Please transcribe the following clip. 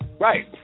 Right